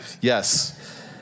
Yes